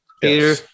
Peter